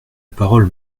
parole